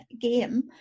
game